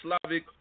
Slavic